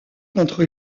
contre